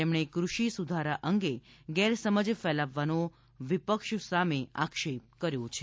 તેમણે કુષિ સુધારા અંગે ગેરસમજ ફેલાવવનો વિપક્ષ સામે આક્ષેપ કર્યો છે